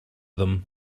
them